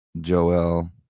Joel